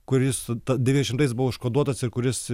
kuris devyniasdešimtais buvo užkoduotas ir kuris